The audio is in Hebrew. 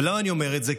ולמה אני אומר את זה?